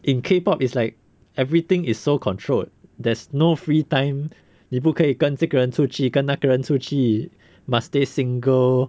in K pop it's like everything is so controlled there's no free time 你不可以跟这个人出去跟那个人出去 must stay single